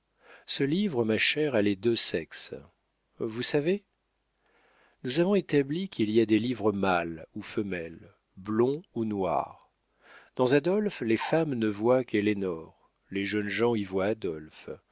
ce livre ma chère a les deux sexes vous savez nous avons établi qu'il y a des livres mâles ou femelles blonds ou noirs dans adolphe les femmes ne voient qu'ellénore les jeunes gens y voient adolphe